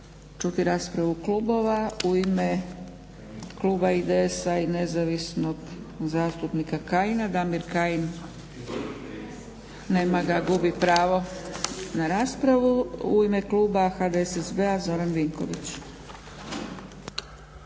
čuti raspravu klubova. U ime kluba IDS-a i nezavisnog zastupnika Kajina, Damir Kajin. Nema ga, gubi pravo na raspravu. U ime kluba HDSSB-a Zoran Vinković.